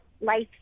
life